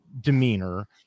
demeanor